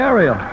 Area